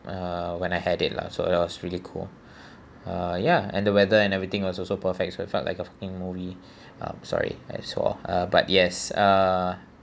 uh when I had it lah so it was really cool uh ya and the weather and everything was also perfect so felt like a fucking movie um sorry I swore uh but yes uh